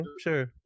sure